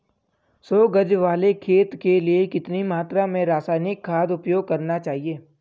सौ गज वाले खेत के लिए कितनी मात्रा में रासायनिक खाद उपयोग करना चाहिए?